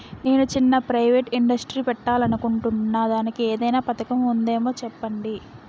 నేను చిన్న private industry పెట్టాలి అనుకుంటున్నా దానికి ఏదైనా పథకం ఉందేమో చెప్పండి?